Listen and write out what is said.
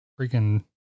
freaking